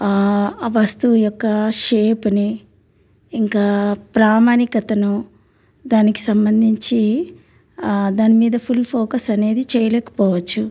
ఆ వస్తువు యొక్క షేప్ని ఇంకా ప్రామాణికతను దానికి సంబంధించి దాని మీద ఫుల్ ఫోకస్ అనేది చేయలేకపోవచ్చు